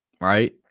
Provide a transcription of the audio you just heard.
right